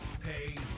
pay